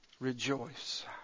rejoice